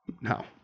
No